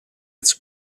its